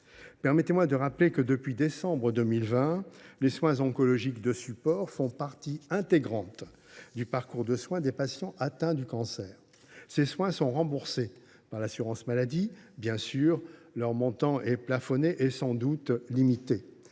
Permettez moi de rappeler que, depuis décembre 2020, les soins oncologiques de support font partie intégrante du parcours de soins des patients atteints du cancer. Ils sont remboursés par l’assurance maladie. Bien entendu, leur montant est plafonné et, sans doute, limité.